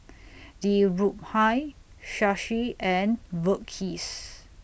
Dhirubhai Shashi and Verghese